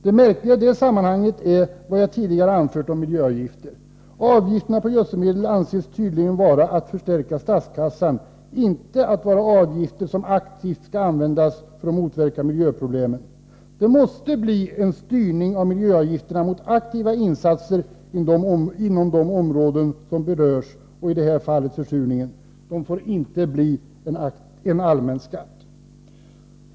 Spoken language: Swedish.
Det märkliga i det sammanhanget är vad jag tidigare anfört om miljöavgifter. Avgifterna på gödselmedel anses tydligen vara avsedda att förstärka statskassan — inte att vara avgifter som aktivt skall användas för att motverka miljöproblemen. Det måste bli en styrning av miljöavgifterna mot aktiva insatser inom de områden som berörs — ochi det här fallet insatser för att motverka försurningen. De får inte bli en allmän skatt.